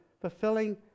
fulfilling